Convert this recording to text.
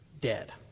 dead